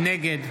נגד